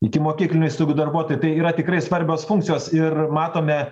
ikimokyklinių įstaigų darbuotojai tai yra tikrai svarbios funkcijos ir matome